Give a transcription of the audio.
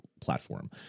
platform